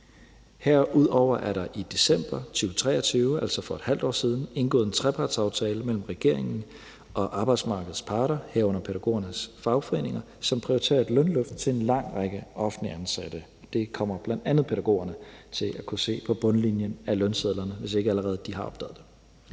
Herudover er der i december 2023, altså for et halvt år siden, indgået en trepartsaftale mellem regeringen og arbejdsmarkedets parter, herunder pædagogernes fagforeninger, som prioriterer et lønløft til en lang række offentligt ansatte. Det kommer bl.a. pædagogerne til at kunne se på bundlinjen af lønsedlerne, hvis ikke de allerede har opdaget det.